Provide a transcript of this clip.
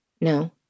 No